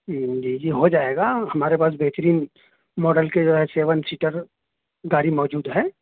جی جی ہو جائے گا ہمارے پاس بہترین ماڈل کے جو ہے سیون سیٹر گاڑی موجود ہے